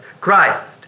Christ